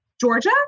Georgia